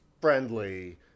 friendly